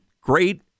great